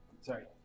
sorry